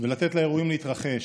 ולתת לאירועים להתרחש,